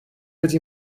wedi